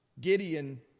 Gideon